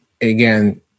again